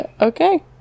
Okay